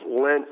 lent